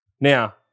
now